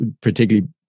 particularly